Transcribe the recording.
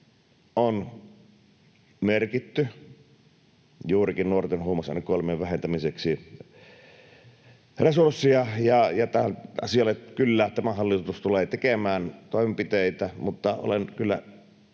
on merkitty juurikin nuorten huumausainekuolemien vähentämiseksi resursseja, ja tälle asialle kyllä tämä hallitus tulee tekemään toimenpiteitä, mutta olen kyllä